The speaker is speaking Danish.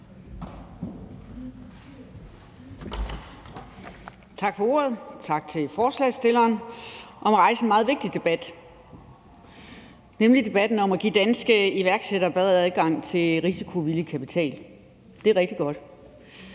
Tak for ordet, og tak til forslagsstillerne for at rejse en meget vigtig debat, nemlig debatten om at give danske iværksættere bedre adgang til risikovillig kapital. Det er rigtig godt.